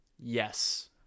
yes